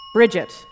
Bridget